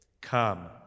come